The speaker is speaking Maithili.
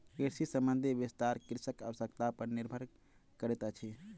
कृषि संबंधी विस्तार कृषकक आवश्यता पर निर्भर करैतअछि